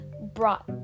brought